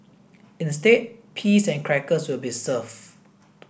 instead peas and crackers will be served